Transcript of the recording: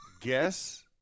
guess